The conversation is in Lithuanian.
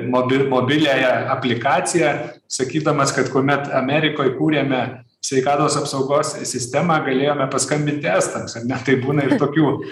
mobi mobiliąją aplikaciją sakydamas kad kuomet amerikoj kūrėme sveikatos apsaugos sistemą galėjome paskambinti estams ar ne tai būna ir tokių